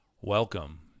Welcome